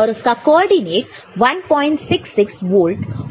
और उसका coordinate 166 volt और 02 वोल्ट है